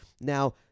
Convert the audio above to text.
Now